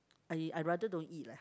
I I rather don't eat lah